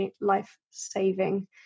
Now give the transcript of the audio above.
life-saving